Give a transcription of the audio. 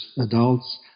adults